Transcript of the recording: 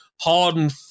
hardened